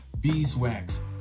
Beeswax